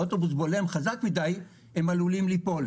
והאוטובוס בולם חזק מדי הם עלולים ליפול.